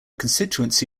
constituency